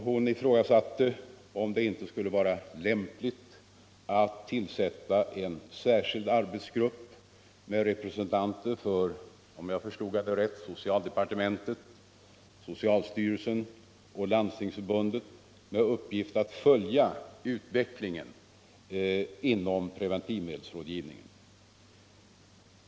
Hon undrade om det inte skulle vara lämpligt att tillsätta en arbetsgrupp med representanter för — om jag förstod henne rätt — socialdepartementet, socialstyrelsen och Landstingsförbundet, som skulle ha till uppgift att följa utvecklingen inom preventivmedelsrådgivningen.